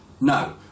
No